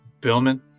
Billman